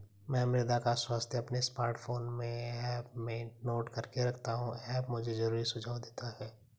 मैं मृदा का स्वास्थ्य अपने स्मार्टफोन में ऐप में नोट करके रखता हूं ऐप मुझे जरूरी सुझाव देता है